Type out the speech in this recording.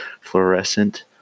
Fluorescent